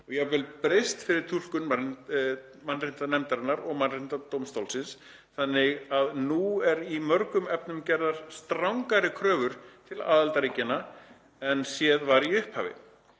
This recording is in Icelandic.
og jafnvel breyst fyrir túlkun mannréttindanefndarinnar og mannréttindadómstólsins þannig að nú eru í mörgum efnum gerðar strangari kröfur til aðildarríkjanna en séð varð í upphafi.